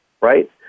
right